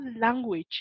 language